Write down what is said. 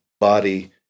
body